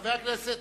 חבר הכנסת,